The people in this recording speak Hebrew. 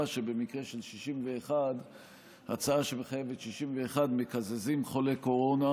שבמקרה של הצעה שמחייבת 61 מקזזים חולה קורונה,